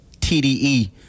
T-D-E